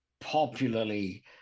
popularly